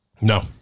no